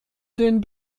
den